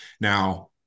Now